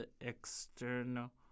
external